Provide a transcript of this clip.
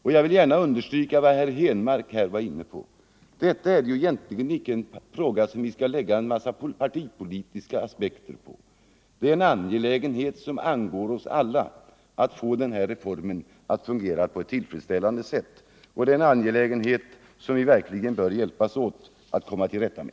Jag vill slutligen också understryka vad herr Henmark sade, nämligen att detta egentligen inte är en fråga som vi skall lägga partipolitiska aspekter på. Det är en angelägenhet som angår oss alla att tandvårdsreformen fungerar på ett tillfredsställande sätt. Därför är detta ett problem som vi bör hjälpas åt att komma till rätta med.